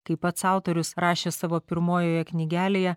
kaip pats autorius rašė savo pirmojoje knygelėje